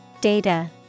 Data